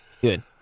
Good